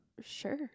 Sure